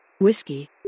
Whiskey